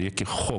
זה יהיה כחוק,